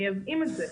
מייבאים את זה,